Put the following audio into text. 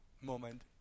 moment